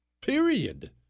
Period